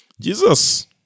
Jesus